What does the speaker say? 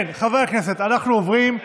כן, חברי הכנסת, אנחנו עוברים,